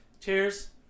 Cheers